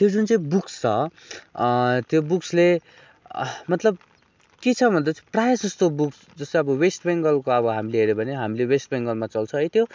त्यो जुन चाहिँ बुक्स छ त्यो बुक्सले मतलब के छ भन्दा चाहिँ प्रायः जस्तो बुक्स जस्तै अब वेस्ट बेङ्गालको अब हामीले हेऱ्यो भने हामीले वेस्ट बेङ्गालमा चल्छ है त्यो